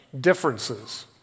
differences